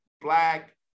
black